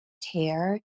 tear